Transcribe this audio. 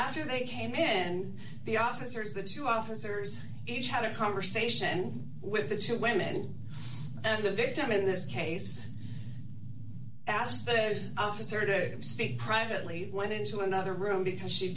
after they came in and the officers that you officers each had a conversation with she women and the victim in this case asked the officer did speak privately went into another room because she